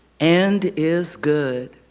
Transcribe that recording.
and is good.